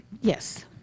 Yes